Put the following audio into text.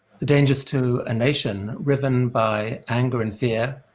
the dangers to a nation riven by anger and fear.